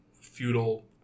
feudal